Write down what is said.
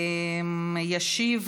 ישיב